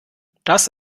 das